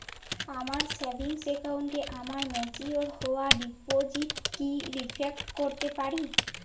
আমার সেভিংস অ্যাকাউন্টে আমার ম্যাচিওর হওয়া ডিপোজিট কি রিফ্লেক্ট করতে পারে?